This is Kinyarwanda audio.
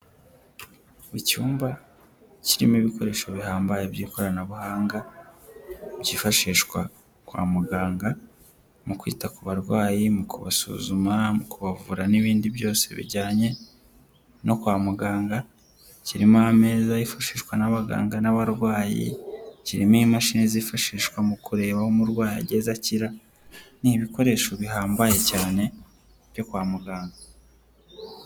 Mu icyumba kirimo ibikoresho bihambaye by'ikoranabuhanga byifashishwa kwa muganga mu kwita ku barwayi, mu kubasuzuma, mu kubavura n'ibindi byose bijyanye no kwa muganga, kirimo ameza yifashishwa n'abaganga n'abarwayi, kirimo imashini zifashishwa mu kureba aho umurwayi ageze akira, ni ibikoresho bihambaye cyane byo kwa muganga.